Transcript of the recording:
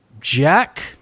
Jack